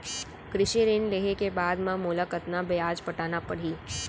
कृषि ऋण लेहे के बाद म मोला कतना ब्याज पटाना पड़ही?